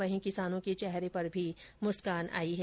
वहीं किसानों के चेहरे पर भी मुस्कान आई है